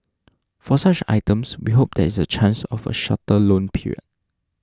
for such items we hope there is a chance of a shorter loan period